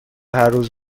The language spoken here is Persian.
هرروز